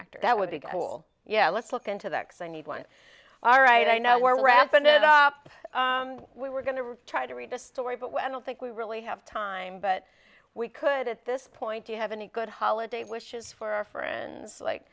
actors that would be good i will yeah let's look into that because i need one all right i know where rats ended up we were going to try to read a story but when i don't think we really have time but we could at this point do you have any good holiday wishes for our friends like